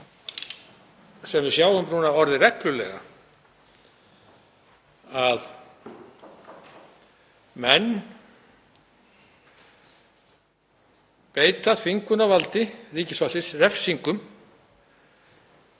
sem við sjáum orðið reglulega, að menn beita þvingunarvaldi ríkisvaldsins, refsingum,